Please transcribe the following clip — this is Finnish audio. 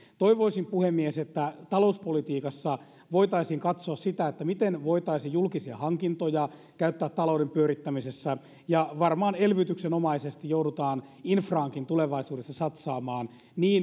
toivoisin puhemies että talouspolitiikassa voitaisiin katsoa sitä miten voitaisiin julkisia hankintoja käyttää talouden pyörittämisessä ja varmaan elvytyksenomaisesti joudutaan infraankin tulevaisuudessa satsaamaan